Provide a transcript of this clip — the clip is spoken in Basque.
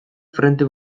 frente